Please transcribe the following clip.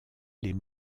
les